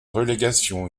relégation